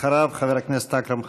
אחריו, חבר הכנסת אכרם חסון.